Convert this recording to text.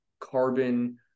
carbon